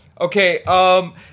Okay